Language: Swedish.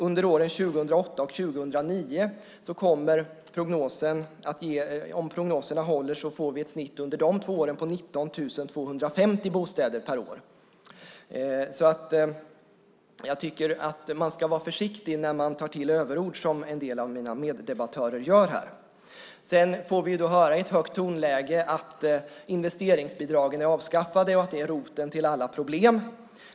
Under de två åren 2008 och 2009 får vi, om prognoserna håller, ett snitt på 19 250 bostäder per år. Så jag tycker att man ska vara försiktig när man tar till överord, som en del av mina meddebattörer gör här. Sedan får vi höra i ett högt tonläge att investeringsbidragen är avskaffade och att det är roten till alla problem.